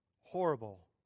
horrible